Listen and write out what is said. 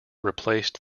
replaced